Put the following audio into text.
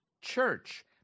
church